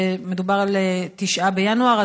ומדובר על 9 בינואר,